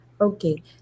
Okay